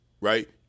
right